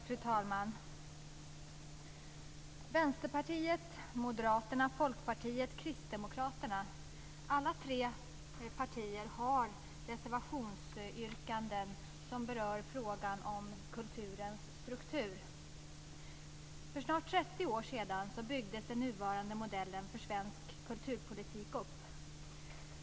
Fru talman! Vänsterpartiet, Moderaterna, Folkpartiet och Kristdemokraterna har reservationsyrkanden som berör frågan om kulturens struktur. För snart 30 år sedan byggdes den nuvarande modellen för svensk kulturpolitik upp.